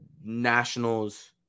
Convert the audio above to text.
Nationals